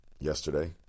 yesterday